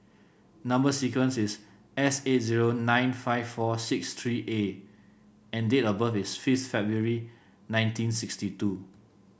number sequence is S eight zero nine five four six three A and date of birth is fifth February nineteen sixty two